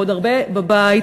ועוד הרבה בבית,